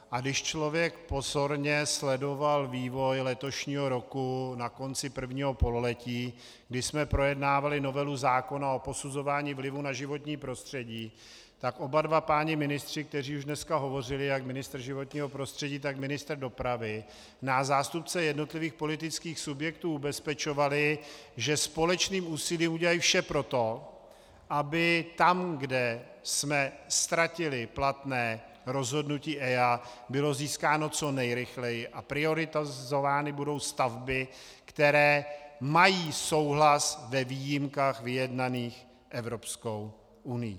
A když člověk pozorně sledoval vývoj letošního roku na konci prvního pololetí, kdy jsme projednávali novelu zákona o posuzování vlivu na životní prostředí, tak oba dva páni ministři, kteří už dneska hovořili, jak ministr životního prostředí, tak ministr dopravy, nás, zástupce jednotlivých politických subjektů, ubezpečovali, že společným úsilím udělají vše pro to, aby tam, kde jsme ztratili platné rozhodnutí EIA, bylo získáno co nejrychleji, a prioritní budou stavby, které mají souhlas ve výjimkách vyjednaných Evropskou unií.